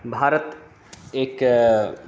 भारत एक